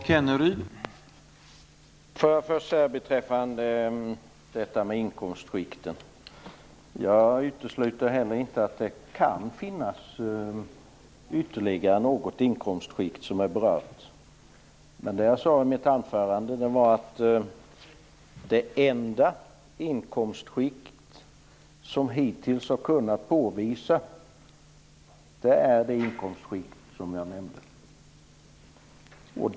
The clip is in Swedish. Herr talman! Först vill jag beträffande detta med inkomstskikten säga att jag inte utesluter att det kan finnas ytterligare något inkomstskikt som är berört. Det enda inkomstskikt som hittills har kunnat påvisas bli berört är det inkomstskikt som jag nämnde.